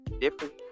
Different